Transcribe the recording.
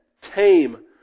tame